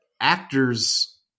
actors